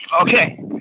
Okay